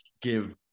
give